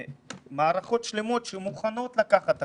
מערכות שלמות שמוכנות לקחת אחריות,